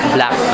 Black